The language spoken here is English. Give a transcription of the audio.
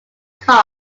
cost